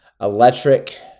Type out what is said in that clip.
electric